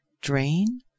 Drain